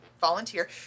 volunteer